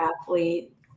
athlete